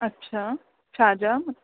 अछा छा जा